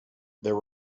there